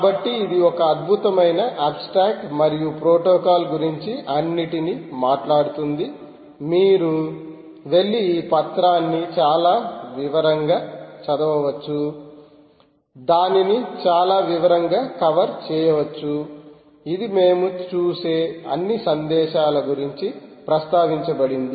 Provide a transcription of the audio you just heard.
కాబట్టి ఇది ఒక అందమైన అబ్స్ట్రాక్ట్ మరియు ప్రోటోకాల్ గురించి అన్నింటినీ మాట్లాడుతుంది మీరు వెళ్లి ఈ పత్రాన్ని చాలా వివరంగా చదవవచ్చు దానిని చాలా వివరంగా కవర్ చేయవచ్చు ఇది మేము చూసే అన్ని సందేశాల గురించి ప్రస్తావించబడింది